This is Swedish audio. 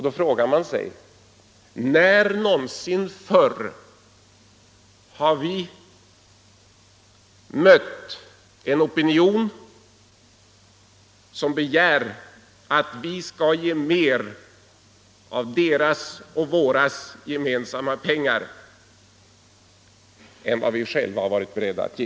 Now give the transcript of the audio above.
Då frågar man sig: När någonsin förr har vi mött en opinion som begär att vi skall ge mer av deras och våra gemensamma pengar än vad vi själva har varit beredda att ge?